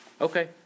okay